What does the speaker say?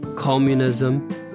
Communism